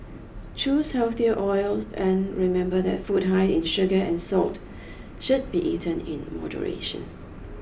choose healthier oils and remember that food high in sugar and salt should be eaten in moderation